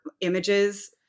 images